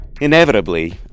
Inevitably